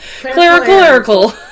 Clerical